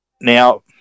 Now